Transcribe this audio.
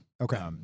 Okay